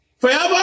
Forever